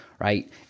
right